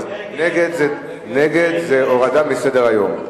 נגד זה הורדה מסדר-היום.